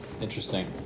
interesting